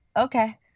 Okay